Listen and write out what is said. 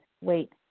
wait